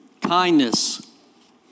kindness